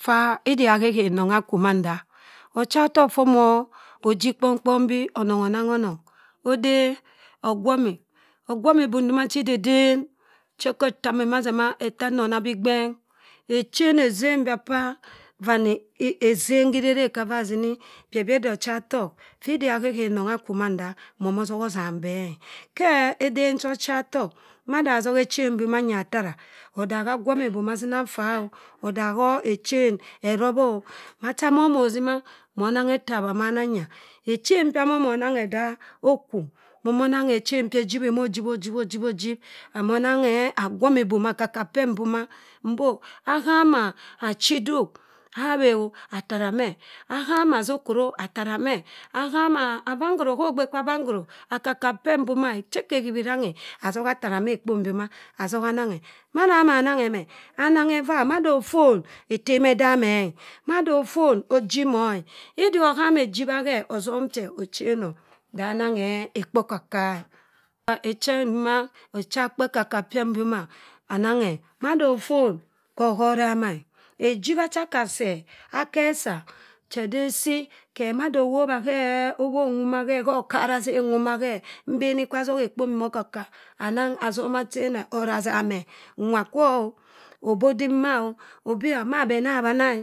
. Assi achen boboma biiship. ode akwa kama affa o pa akangha achen boboma mboma akhe o asii biiship osoha afara meh. oda echen o, azoha afara, agwomi bom akaka, azohatara. mada atarr meh anang beh meh, ejibha cho ewop khi izizighhae. And mada si ejibha ndoma anang beh meh, beh beh ghe dibeh awobha khe beh hoharama e. mando kwa beh bira chiwi odik okoka maybe idi gho ahm vaa kho aghom, ofona meh ochatok nuaa fa azomi anang the veh ojibho ojib. mando kwa beh beh beh fona ghe beh kwa azoha nwa wani kwo bii mobenbi mozokane e. mohe kha nwerr e. moh khe hozom e. mbeni da offon meh ejibha ekpo okaka mboma pa azom anang beh e. ma ekpo okaka mbyoma, ryeh ba ezim ejibha ekwu ha ekhomort chononghe. ma ekpo okoka mbyoma pya azom anong onong pyeh beh ezim akpen pa adum eden akwu e. kho agbe kwa abii ttaa abeh si ibhanghi ndoma beh duwa beh na bhani nnona, beh hama ochatok mwo ma. madosii ibha ndoma, onong okwobhokobha oba ayi zohechen eff e. Hi bhape. echen byoma effa ponanghe meh e. ihina cho, oyabhawoni nwoma obha enonaa e. khe wosii diwa abitta diweh ana nungha anong echakpo kaka pyeh mboma, khe wosii wa bema bhan nnona e iwa ogbe nwoma orip khode ohuribe onong onong ogham pyeh. Bet mayina, ohurida moni anong ekpo okaka modi ononang cha anong oyinabe ma azasoha itoktama. Abenbeh ananghe ibom